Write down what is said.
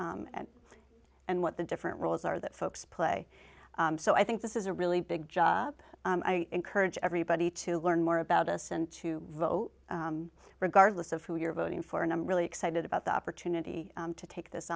and what the different roles are that folks play so i think this is a really big job and i encourage everybody to learn more about us and to vote regardless of who you're voting for and i'm really excited about the opportunity to take this